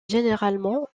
généralement